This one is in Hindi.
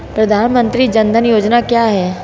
प्रधानमंत्री जन धन योजना क्या है?